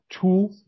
two